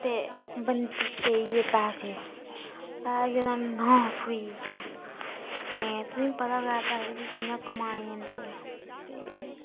ते बंदी पेई गे पैसे ते पैसे दा नास होई गेआ तुसें पता गै पैसे कियां कमाए जंदे ते